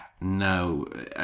no